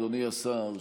אדוני השר,